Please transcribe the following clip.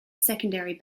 secondary